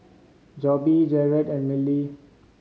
Jobe Jarrad and Miley